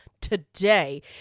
today